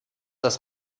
das